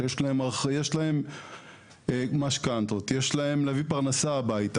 שיש להם משכנתאות וצריכים להביא פרנסה לבית,